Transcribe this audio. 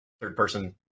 third-person